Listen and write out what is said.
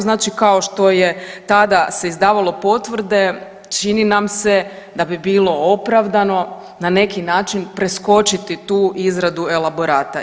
Znači kao što je tada se izdavalo potvrde čini nam se da bi bilo opravdano na neki način preskočiti tu izradu elaborata.